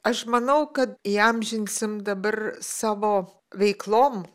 aš manau kad įamžinsim dabar savo veiklom